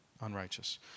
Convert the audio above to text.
unrighteous